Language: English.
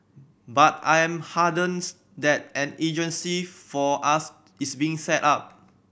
but I'm heartens that an agency for us is being set up